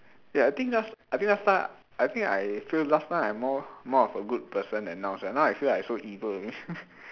ya I think last I think last time I think I feel last time I'm more more of a good person than now sia now I feel like I so evil only